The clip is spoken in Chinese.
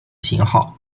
型号